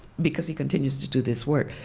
because he continues to do this work.